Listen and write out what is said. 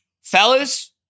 Fellas